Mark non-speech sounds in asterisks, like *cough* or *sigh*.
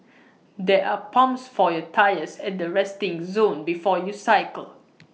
*noise* there are pumps for your tyres at the resting zone before you cycle